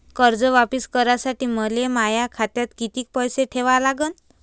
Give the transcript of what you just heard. कर्ज वापिस करासाठी मले माया खात्यात कितीक पैसे ठेवा लागन?